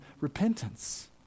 repentance